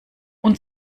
und